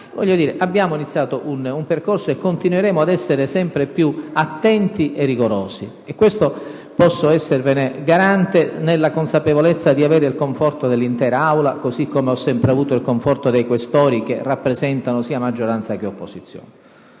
Abbiamo iniziato un percorso e continueremo ad essere sempre più attenti e rigorosi: posso esserne garante, nella consapevolezza di avere il conforto dell'intera Assemblea, così come ho sempre avuto il conforto dei senatori Questori che rappresentano sia la maggioranza che l'opposizione.